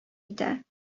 итә